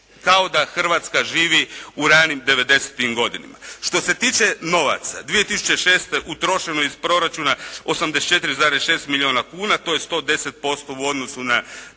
kao da Hrvatska živi i ranim '90.-tim godinama. Što se tiče novaca 2006. utrošeno je iz proračuna 84,6 milijuna kuna. To je 110% u odnosu na